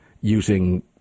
using